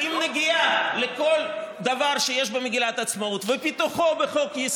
את לא ופואד כן, ורק כשהתחיל לחץ